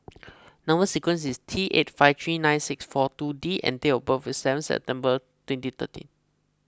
Number Sequence is T eight five three nine six four two D and date of birth is seven September twenty thirteen